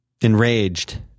enraged